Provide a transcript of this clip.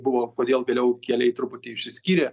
buvo kodėl vėliau keliai truputį išsiskyrė